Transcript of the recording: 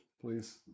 please